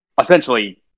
essentially